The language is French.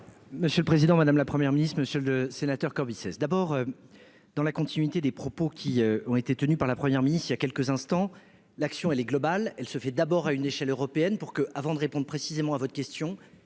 Monsieur le Président Madame la première ministre monsieur le sénateur, comme cesse d'abord dans la continuité des propos qui ont été tenus par là. Première ministre il y a quelques instants, l'action, elle est globale, elle se fait d'abord à une échelle européenne pour que, avant de répondre précisément à votre question,